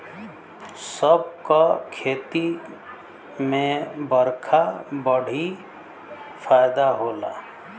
सब क खेती में बरखा बड़ी फायदा होला